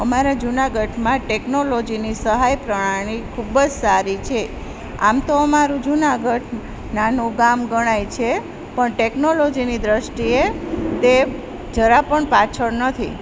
અમારા જુનાગઢમાં ટેકનોલોજીની સહાય પ્રણાલી ખૂબ જ સારી છે આમ તો અમારું જુનાગઢ નાનું ગામ ગણાય છે પણ ટેકનોલોજીની દ્રષ્ટિએ તે જરા પણ પાછળ નથી